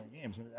games